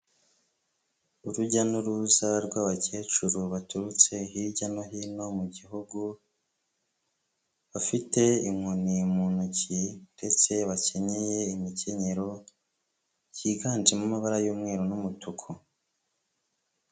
Urujya n'uruza rw'abakecuru baturutse hirya no hino mu gihugu, bafite inkoni mu ntoki ndetse bakenyeye imikenyero, yiganjemo amabara y'umweru n'umutuku.